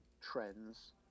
trends